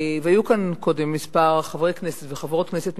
והיו כאן קודם כמה חברי כנסת וחברות כנסת,